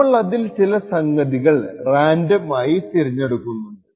നമ്മൾ അതിൽ ചില സംഗതികൾ റാൻഡം ആയി തിരഞ്ഞെടുക്കുന്നുണ്ട്